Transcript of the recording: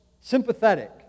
sympathetic